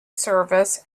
service